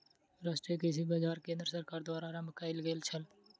राष्ट्रीय कृषि बाजार केंद्र सरकार द्वारा आरम्भ कयल गेल छल